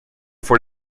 for